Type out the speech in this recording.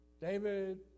David